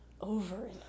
Over